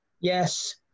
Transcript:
Yes